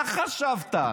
מה חשבת,